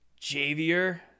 Javier